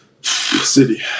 City